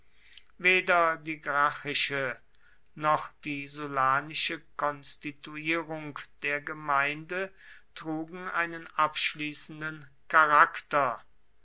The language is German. weder die gracchische noch die sullanische konstituierung der gemeinde trugen einen abschließenden charakter